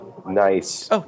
Nice